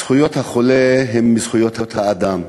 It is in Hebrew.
זכויות החולה הן זכויות האדם,